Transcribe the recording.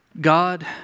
God